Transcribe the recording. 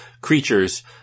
creatures